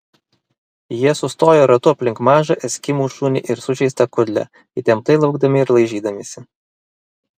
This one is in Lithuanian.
jie sustojo ratu aplink mažą eskimų šunį ir sužeistą kudlę įtemptai laukdami ir laižydamiesi